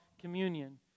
communion